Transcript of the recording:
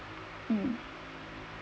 um